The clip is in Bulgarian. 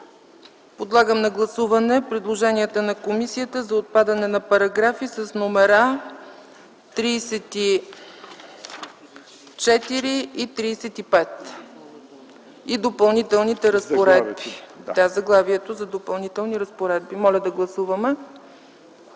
Подлагам на гласуване предложенията на комисията за отпадане на параграфи с номера 34 и 35 и наименованието „Допълнителни разпоредби”. Моля да гласуваме.